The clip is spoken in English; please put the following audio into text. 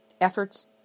efforts